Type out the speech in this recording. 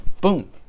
boom